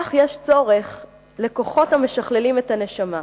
כך יש צורך לכוחות המשכללים את הנשמה.